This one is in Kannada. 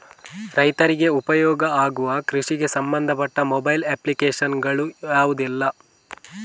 ರೈತರಿಗೆ ಉಪಯೋಗ ಆಗುವ ಕೃಷಿಗೆ ಸಂಬಂಧಪಟ್ಟ ಮೊಬೈಲ್ ಅಪ್ಲಿಕೇಶನ್ ಗಳು ಯಾವುದೆಲ್ಲ?